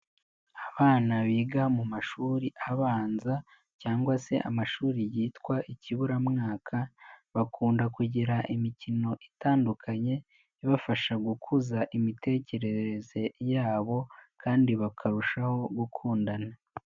Abana biga mu mashuri abanza cyangwa se amashuri yitwa Ikiburamwaka, bakunda kugira imikino itandukanye ibafasha gukuza imitekerereze yabo kandi bakarushaho gukundana.